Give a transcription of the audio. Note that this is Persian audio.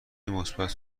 مثبت